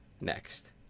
Next